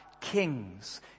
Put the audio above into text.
kings